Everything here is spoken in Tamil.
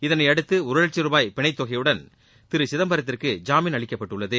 இதனையடுத்து ஒரு லட்சும் ரூபாய் பிணையத் தொகையுடன் திரு சிதம்பரத்திற்கு ஜாமீன் அளிக்கப்பட்டுள்ளது